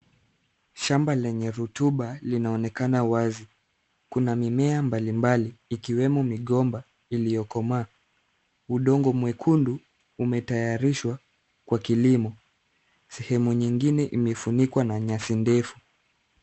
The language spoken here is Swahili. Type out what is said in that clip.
Shamba lenye rotuba linaonekana wazi. Kuna mimea mbali mbali ikiwemo migomba iliyokomaa. Udongo mwekundu umetayarishwa kwa kilimo. Sehemu nyingine imefunikwa na nyasi ndefu.